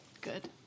Good